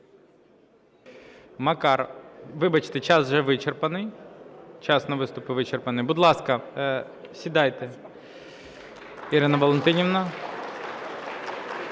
Макар, вибачте, час вже вичерпаний. Час на виступи вичерпаний. Будь ласка, сідайте Ірина Валентинівна.